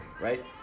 Right